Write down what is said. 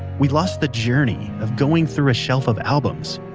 we lost the journey of going through a shelf of albums,